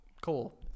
cool